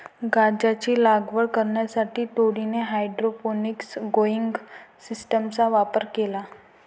गांजाची लागवड करण्यासाठी टोळीने हायड्रोपोनिक्स ग्रोइंग सिस्टीमचा वापर केला